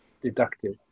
deductive